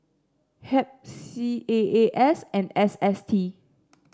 HEB C A A S and S S T